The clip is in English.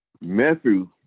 Matthew